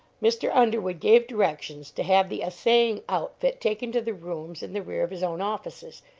mr. underwood gave directions to have the assaying outfit taken to the rooms in the rear of his own offices,